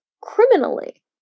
criminally